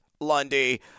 Lundy